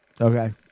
Okay